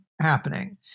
happening